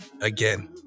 Again